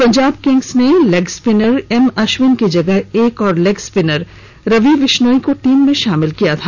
Punjab Kings ने leg spinner M Ashwin की जगह एक और लेग स्पिनर रवि विश्नोई को टीम में शामिल किया था